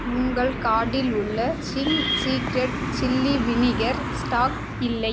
உங்கள் கார்ட்டில் உள்ள Ching's secret chilli vinegar stock இல்லை